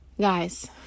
guys